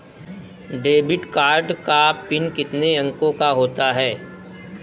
Debit card का PIN कितने अंकों का होता है?